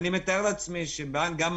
ואני מתאר לעצמי שגם הבנק,